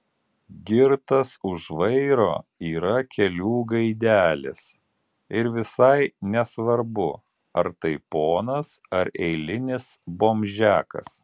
girtas už vairo yra kelių gaidelis ir visai nesvarbu ar tai ponas ar eilinis bomžiakas